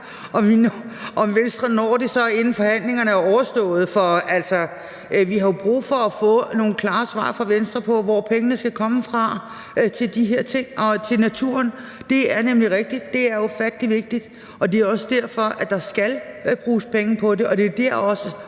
til en finanslov, inden forhandlingerne er overstået. Vi har jo brug for at få nogle klare svar fra Venstre om, hvor pengene skal komme fra til de her ting og til naturen. Det er nemlig rigtigt, at det er ufattelig vigtigt. Det er også derfor, at der skal bruges penge på det. Det er jo også